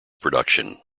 production